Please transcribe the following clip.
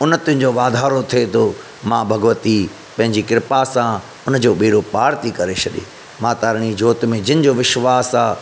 उनतीनि जो वाधारो थे तो माउ भॻवती पंहिंजी किरपा सां उनजो बेड़ो पारु थी करे छॾे माता रानी जोति में जंहिंजो विश्वासु आहे